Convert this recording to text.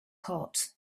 hot